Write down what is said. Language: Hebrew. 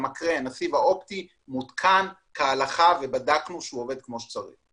המקרן והסיב האופטי מותקן כהלכה ובדקנו שהוא עובד כמו שצריך.